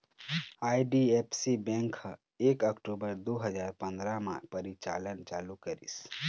IDFC bank ह एक अक्टूबर दू हजार पंदरा म परिचालन चालू करिस